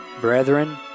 brethren